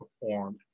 performed